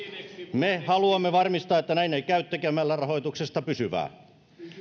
me haluamme varmistaa että näin ei käy tekemällä rahoituksesta pysyvän